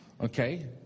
Okay